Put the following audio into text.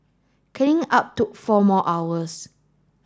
cleaning up took four more hours